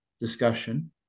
discussion